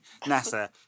NASA